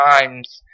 times